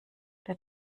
der